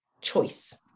choice